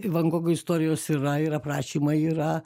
van gogo istorijos yra ir aprašymai yra